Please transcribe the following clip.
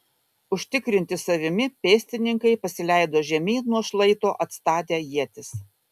užtikrinti savimi pėstininkai pasileido žemyn nuo šlaito atstatę ietis